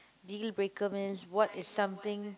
dealbreaker means what is something